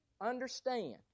understand